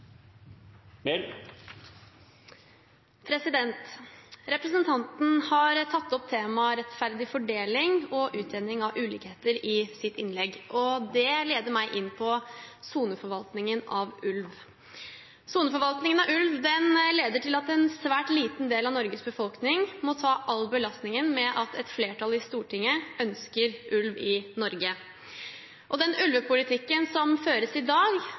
utgangspunktet. Representanten har tatt opp temaet rettferdig fordeling og utjevning av ulikheter i sitt innlegg, og det leder meg inn på soneforvaltningen av ulv. Soneforvaltningen av ulv fører til at en svært liten del av Norges befolkning må ta all belastningen med at et flertall i Stortinget ønsker ulv i Norge. Den ulvepolitikken som føres i dag,